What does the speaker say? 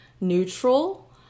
neutral